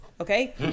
okay